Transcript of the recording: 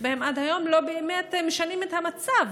בהם עד היום לא באמת משנים את המצב.